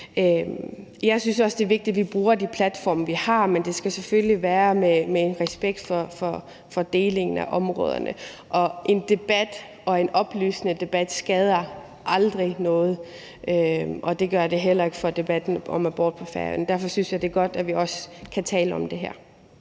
Jeg synes også, det er vigtigt, at vi bruger de platforme, vi har, men det skal selvfølgelig være med en respekt for fordelingen af områderne. En debat, en oplysende debat, skader aldrig noget, og det gør det heller ikke, hvad angår debatten om abort på Færøerne. Derfor synes jeg, det er godt, at vi også kan tale om det her.